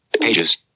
Pages